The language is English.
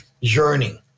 yearning